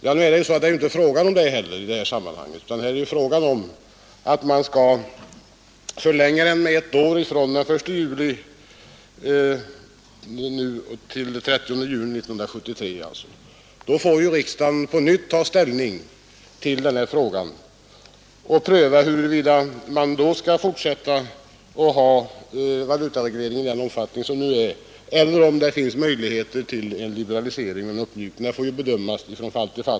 Det är ju inte fråga om det heller, utan vad det gäller är att förlänga den med ett år från den 1 juli 1972 t.o.m. den 30 juni 1973. Nästa år får riksdagen på nytt ta ställning till frågan och pröva huruvida man då skall behålla valutaregleringen i nuvarande omfattning eller om det finns möjligheter till en uppmjukning.